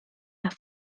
las